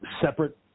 separate